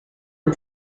dem